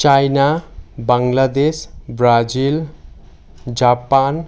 Saina Bangladesh Brazil Japan